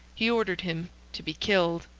he ordered him to be killed.